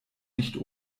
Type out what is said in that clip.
nicht